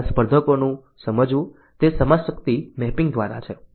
અમારા સ્પર્ધકોને સમજવું તે સમજશક્તિ મેપિંગ દ્વારા છે